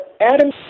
Adam